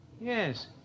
Yes